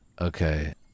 Okay